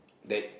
that